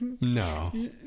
No